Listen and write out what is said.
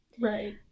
Right